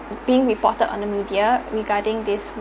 being reported on the media regarding this